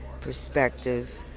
perspective